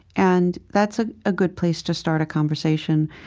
and that's ah a good place to start a conversation.